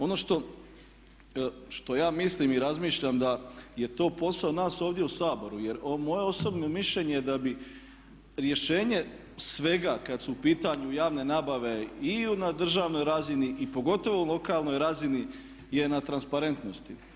Ono što ja mislim i razmišljam da je to posao nas ovdje u Saboru jer moje osobno mišljenje je da bi rješenje svega kad su u pitanju javne nabave i na državnoj razini i pogotovo lokalnoj razini je na transparentnosti.